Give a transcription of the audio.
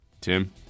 Tim